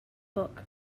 book